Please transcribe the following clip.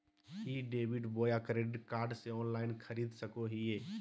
ई debit बोया credit card से online खरीद सको हिए?